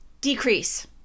decrease